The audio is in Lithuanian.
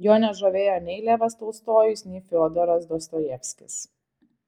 jo nežavėjo nei levas tolstojus nei fiodoras dostojevskis